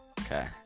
Okay